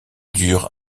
dure